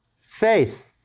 faith